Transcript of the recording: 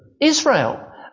Israel